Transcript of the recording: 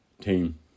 team